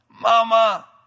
Mama